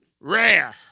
Rare